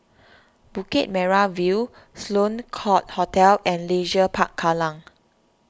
Bukit Merah View Sloane Court Hotel and Leisure Park Kallang